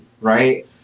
right